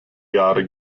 jahre